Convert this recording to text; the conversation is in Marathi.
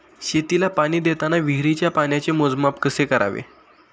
शेतीला पाणी देताना विहिरीच्या पाण्याचे मोजमाप कसे करावे?